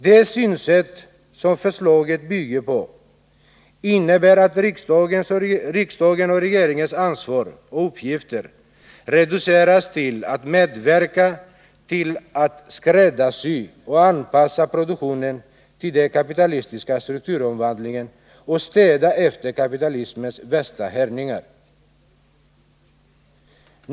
Det synsätt som förslaget bygger på innebär att riksdagens och regeringens ansvar och uppgifter reduceras till att medverka till att skräddarsy och anpassa produktionen till den kapitalistiska strukturomvandlingen och att städa efter kapitalismens värsta härjningar.